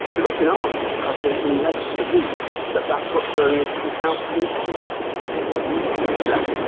they're up in arms because they've been led to believe that that's what birmingham city council intended it wasn't? no.